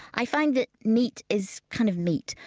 i find that meat is kind of meat,